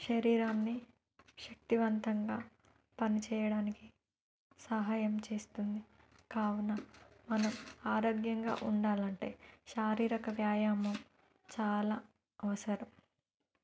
శరీరాన్ని శక్తివంతంగా పని చేయడానికి సహాయం చేస్తుంది కావున మనం ఆరోగ్యంగా ఉండాలంటే శారీరక వ్యాయామం చాలా అవసరం